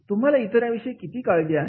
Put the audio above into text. तुम्हाला इतरांविषयी किती काळजी आहे